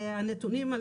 הנתונים,